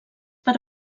per